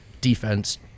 defense